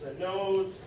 notes.